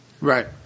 right